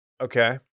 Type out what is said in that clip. Okay